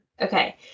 Okay